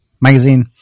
magazine